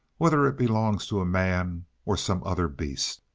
whether it belongs to a man or some other beast!